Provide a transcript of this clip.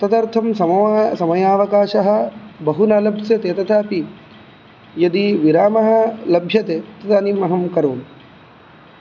तदर्थं सामव समयावकाशः बहु न लप्स्यते तथापि यदि विरामः लभ्यते तदानीमहं करोमि